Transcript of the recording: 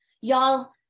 Y'all